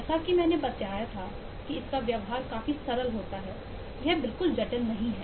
जैसा कि मैंने बताया था कि व्यवहार काफी सरल है यह बिल्कुल जटिल नहीं है